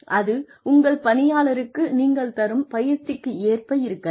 அது உங்கள் பணியாளர்களுக்கு நீங்கள் தரும் பயிற்சிக்கேற்ப இருக்கலாம்